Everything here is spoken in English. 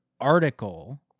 article